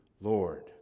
Lord